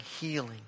healing